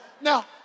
now